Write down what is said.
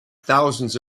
thousands